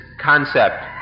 concept